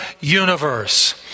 universe